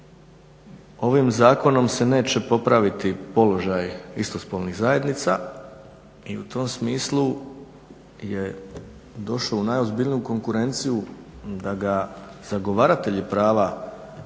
ovim zakonom se neće popraviti položaj istospolnih zajednica i u tom smislu je došlo u najozbiljniju konkurenciju da ga zagovaratelji prava LGDB